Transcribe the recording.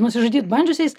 nusižudyt bandžiusiais